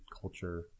Culture